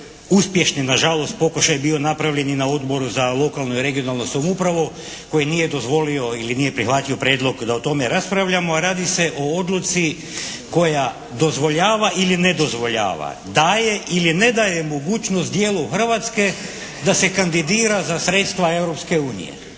uspješni na žalost pokušaj bio napravljen i na Odboru za lokalnu i regionalnu samoupravu koji nije dozvolio ili nije prihvatio prijedlog da o tome raspravljamo, a radi se o odluci koja dozvoljava ili ne dozvoljava, daje ili ne daje mogućnost dijelu Hrvatske da se kandidira za sredstva